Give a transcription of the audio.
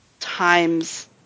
times